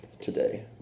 today